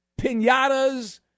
pinatas